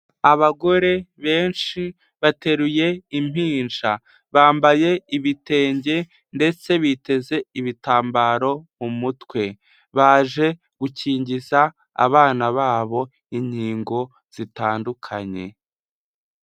Abagore benshi bateruye impinja, bambaye ibitenge ndetse biteze ibitambaro mu mutwe, baje gukingiza abana babo inkingo zitandukanye.